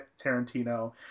Tarantino